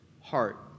heart